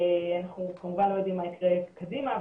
אנחנו כמובן לא יודעים מה יקרה קדימה,